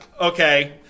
okay